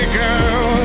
girl